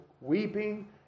weeping